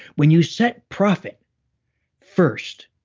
when you set profit first,